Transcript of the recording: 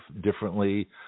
differently